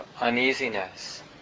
uneasiness